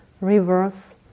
rivers